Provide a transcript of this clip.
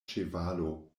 ĉevalo